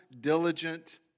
diligent